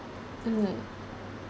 mm